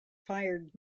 fired